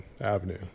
avenue